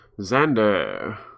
Xander